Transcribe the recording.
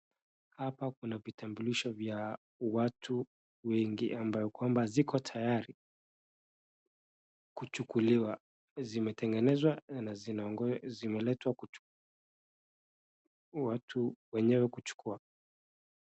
Hapa kuna vitambulisho vya watu wengi ambao kwamba ziko tayari kuchukuliwa. Zimetengenezwa na zimeletwa watu wenyewe kuchukua.